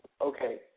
okay